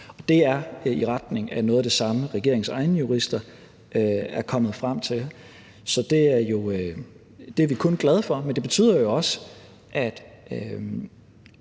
det er i retning af noget af det samme, som regeringens egne jurister er kommet frem til. Så det er vi kun glade for. Men det betyder jo også,